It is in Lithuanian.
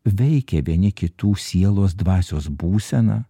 veikė vieni kitų sielos dvasios būseną